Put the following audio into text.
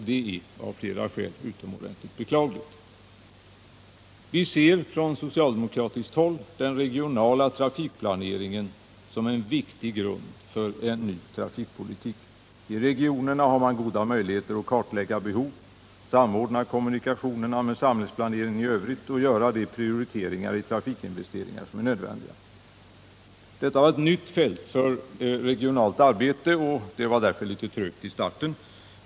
Det är av flera skäl utomordentligt beklagligt. Vi ser från socialdemokratiskt håll den regionala trafikplaneringen som en viktig grund för en ny trafikpolitik. I regionerna har man goda möjligheter att kartlägga behov, samordna kommunikationerna med samhällsplaneringen i övrigt och göra de prioriteringar i trafikinvesteringar som är nödvändiga. Detta var ett nytt fält för regionalt arbete. Det var därför lite trögt i starten.